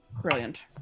Brilliant